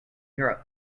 europe